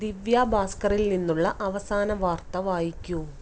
ദിവ്യ ഭാസ്കറിൽ നിന്നുള്ള അവസാന വാർത്ത വായിക്കൂ